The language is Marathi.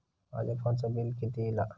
माझ्या फोनचा बिल किती इला?